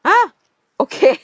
ah okay